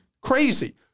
Crazy